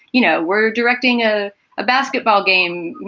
you know, where directing a a basketball game.